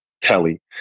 Telly